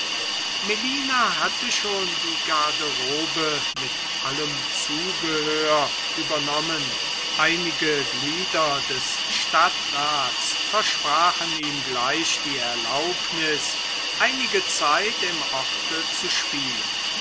melina hatte schon die garderobe mit allem zubehör übernommen einige glieder des stadtrats versprachen ihm gleich die erlaubnis einige zeit im orte zu spielen